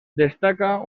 destaca